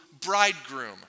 bridegroom